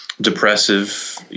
depressive